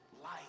life